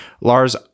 Lars